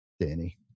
Danny